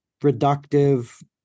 reductive